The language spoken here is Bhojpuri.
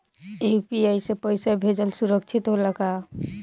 यू.पी.आई से पैसा भेजल सुरक्षित होला का?